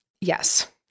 yes